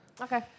Okay